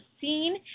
scene